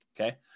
okay